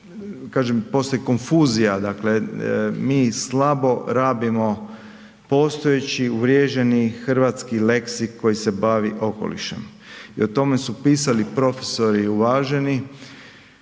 kažem postoji konfuzija, dakle mi slabo rabimo postojeći, uvriježeni hrvatski leksik koji se bavi okolišem i o tome su pisali profesori uvaženi,